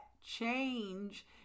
change